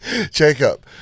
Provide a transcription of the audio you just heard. Jacob